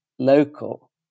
local